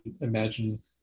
imagine